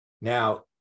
now